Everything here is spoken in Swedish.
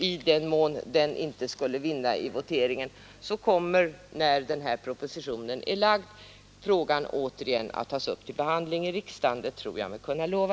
I den mån denna inte skulle vinna i voteringen kommer frågan återigen att tas upp i riksdagen vid behandlingen av propositionen — det tror jag mig kunna lova.